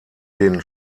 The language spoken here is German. den